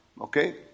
Okay